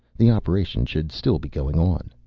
the operation should still be going on.